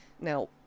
Now